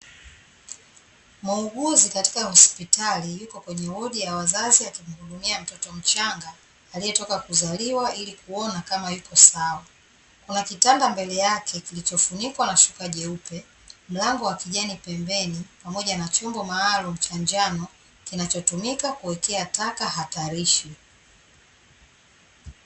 Muuguzi katika hospitali yuko kwenye wodi ya wazazi akimhudumia mtoto mchanga aliyetoka kuzaliwa ili kuona kama yuko sawa. Kuna kitanda mbele yake kilichofunikwa na shuka jeupe, mlango wa kijani pembeni pamoja na chombo maalumu cha njano kinachotumika kuwekea taka hatarishi.